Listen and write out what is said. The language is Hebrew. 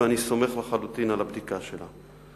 ואני סומך לחלוטין על הבדיקה שלה.